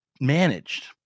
managed